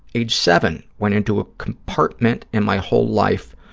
age seven, went into a compartment and my whole life